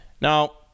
Now